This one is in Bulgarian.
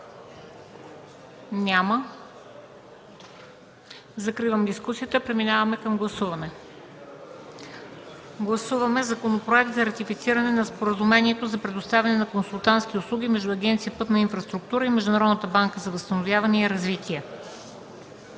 Няма. Закривам дискусията. Преминаваме към гласуване. Гласуваме Законопроект за ратифициране на Споразумението за предоставяне на консултантски услуги между Агенция „Пътна инфраструктура” и Международната банка за възстановяване и развитие.